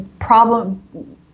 problem